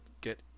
get